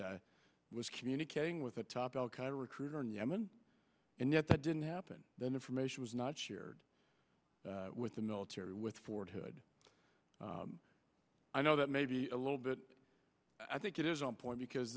that was communicating with a top al qaeda recruiter in yemen and yet that didn't happen then information was not shared with the military with fort hood i know that may be a little bit i think it is on point because